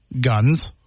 guns